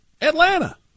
Atlanta